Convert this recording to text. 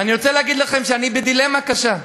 ואני רוצה להגיד לכם שאני בדילמה קשה: